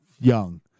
young